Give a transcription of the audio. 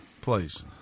Please